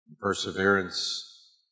Perseverance